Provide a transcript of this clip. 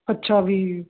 ਅੱਛਾ ਵੀ